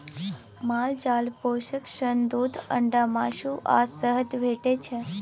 माल जाल पोसब सँ दुध, अंडा, मासु आ शहद भेटै छै